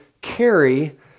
carry